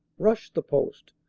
rushed the post,